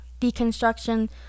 deconstruction